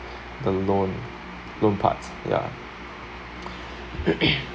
the loan loan parts ya